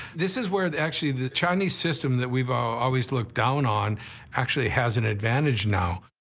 this is where, actually, the chinese system that we've always looked down on actually has an advantage now.